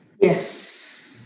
Yes